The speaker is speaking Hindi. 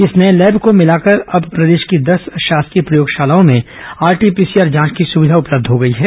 इसे नए लैब को भिलाकर अब प्रदेश की दस शासकीय प्रयोगशालाओं में आरटीपीसीआर जांच की सुविधा उपलब्ध हो गई है